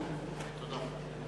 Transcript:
תודה.